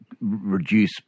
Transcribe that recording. reduce